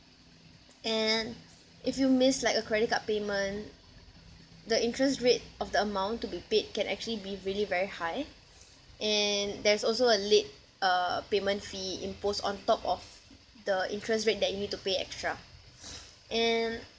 and if you miss like a credit card payment the interest rate of the amount to be paid can actually be really very high and there's also a late uh payment fee imposed on top of the interest rate that you need to pay extra and